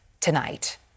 tonight